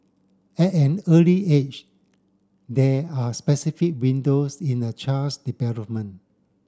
at an early age there are specific windows in a child's development